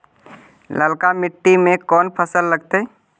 ललका मट्टी में कोन फ़सल लगतै?